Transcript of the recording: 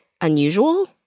unusual